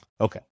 Okay